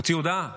הוציא הודעה.